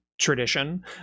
tradition